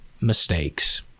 mistakes